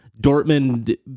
Dortmund